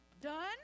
done